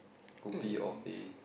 kopi or teh